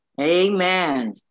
Amen